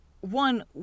one